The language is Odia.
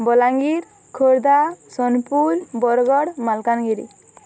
ବଲାଙ୍ଗୀର ଖୋର୍ଦ୍ଧା ସୋନପୁୁର ବରଗଡ଼ ମାଲକାନଗିରି